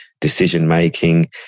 decision-making